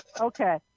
Okay